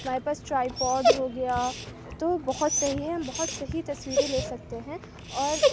ہمارے پاس tripod ہو گیا تو وہ بہت صحیح ہے بہت صحیح تصویریں لے سکتے ہیں اور